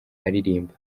aririmba